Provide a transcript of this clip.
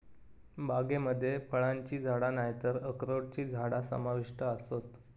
बागेमध्ये फळांची झाडा नायतर अक्रोडची झाडा समाविष्ट आसत